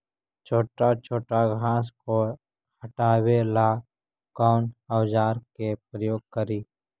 छोटा छोटा घास को हटाबे ला कौन औजार के प्रयोग करि?